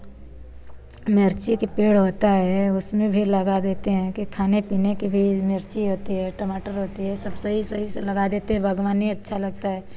मिर्ची के पेड़ होता है उसमें भी लगा देते हैं कि खाने पीने के भी मिर्ची होती है टमाटर होती है सब सही सही से लगा देते हैं बाग़बानी अच्छा लगता है